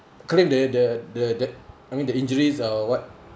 claim the the the the I mean the injuries or what